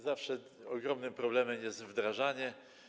Zawsze ogromnym problemem jest wdrażanie.